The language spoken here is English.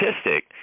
statistic